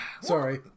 sorry